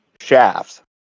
shafts